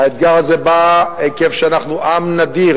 האתגר הזה בא עקב זה שאנחנו עם נדיר,